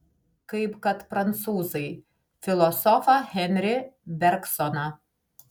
kaip kad prancūzai filosofą henri bergsoną